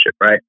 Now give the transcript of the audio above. Right